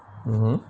uh